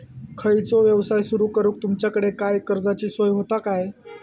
खयचो यवसाय सुरू करूक तुमच्याकडे काय कर्जाची सोय होता काय?